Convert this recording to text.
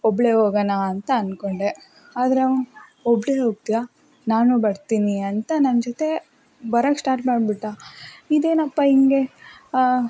ಒಬ್ಬಳೇ ಹೋಗಣ ಅಂತ ಅನ್ಕೊಂಡೆ ಆದರೆ ಅವ್ನು ಒಬ್ಬಳೇ ಹೋಗ್ತಿಯಾ ನಾನೂ ಬರ್ತೀನಿ ಅಂತ ನನ್ನ ಜೊತೆ ಬರಕ್ಕೆ ಸ್ಟಾರ್ಟ್ ಮಾಡಿಬಿಟ್ಟ ಇದೇನಪ್ಪ ಹಿಂಗೆ